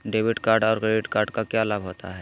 Debit card और credit card क्या लाभ होता है?